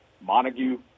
Montague